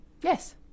Yes